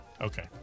Okay